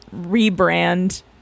rebrand